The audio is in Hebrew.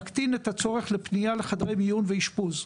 להקטין את הצורך לפנייה לחדרי מיון ואשפוז.